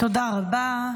תודה רבה.